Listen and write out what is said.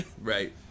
right